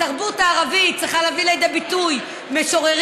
התרבות הערבית צריכה להביא לידי ביטוי במשוררים,